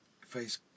face